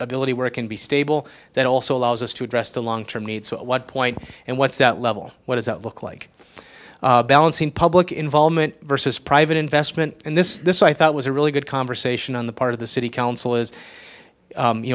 ability where it can be stable that also allows us to address the long term needs what point and what's that level what does it look like balancing public involvement versus private investment and this this i thought was a really good conversation on the part of the city council is